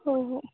हो हो